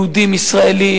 יהודים ישראלים,